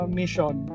mission